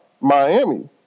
Miami